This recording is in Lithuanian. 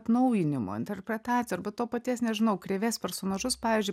atnaujinimo interpretacija arba to paties nežinau krėvės personažus pavyzdžiui